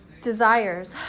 desires